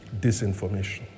Disinformation